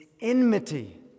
enmity